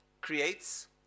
creates